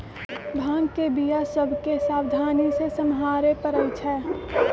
भांग के बीया सभ के सावधानी से सम्हारे परइ छै